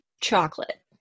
chocolate